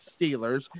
Steelers